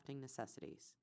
necessities